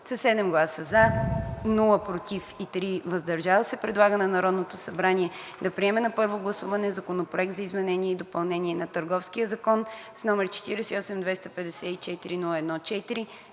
със 7 гласа „за“, без „против“ и 3 гласа „въздържал се“ предлага на Народното събрание да приеме на първо гласуване Законопроект за изменение и допълнение на Търговския закон, № 48-254-01-4,